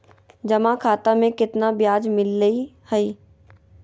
जमा खाता में केतना ब्याज मिलई हई?